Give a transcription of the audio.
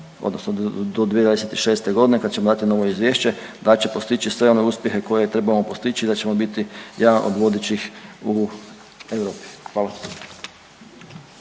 odnosno do 2026. godine kad ćemo dati novo izvješće da će postići sve one uspjehe koje trebamo postići i da ćemo biti jedan od vodećih u Europi. Hvala.